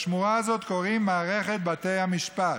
לשמורה הזאת קוראים מערכת בתי המשפט.